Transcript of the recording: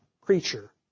creature